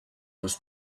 was